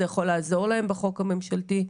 זה יכול לעזור להם בחוק הממשלתי.